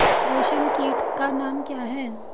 रेशम कीट का नाम क्या है?